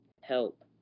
help